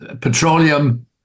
petroleum